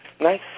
Nice